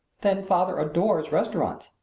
then father adores restaurants.